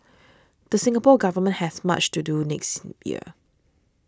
the Singapore Government has much to do next year